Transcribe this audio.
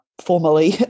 formally